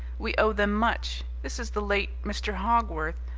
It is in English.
we owe them much. this is the late mr. hogworth,